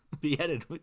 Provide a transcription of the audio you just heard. beheaded